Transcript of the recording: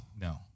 No